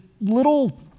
little